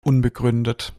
unbegründet